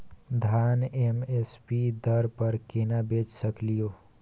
धान M S P दर पर केना बेच सकलियै?